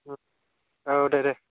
औ दे दे